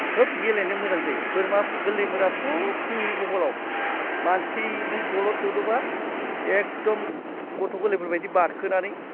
खोब गेलेनो मोजां जायो बोरमा गोरलैफोराथ' फुंनि भगलाव मानसि नों दलद जदोंब्ला एखदम गथ' गोरलैफोरबायदि बारखोनानै